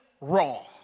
wrong